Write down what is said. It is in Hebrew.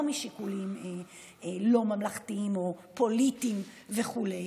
משיקולים לא ממלכתיים או פוליטיים וכו'.